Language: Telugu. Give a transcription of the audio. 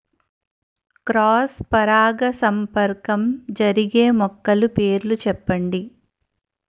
క్రాస్ పరాగసంపర్కం జరిగే మొక్కల పేర్లు చెప్పండి?